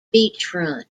beachfront